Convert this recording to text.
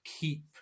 keep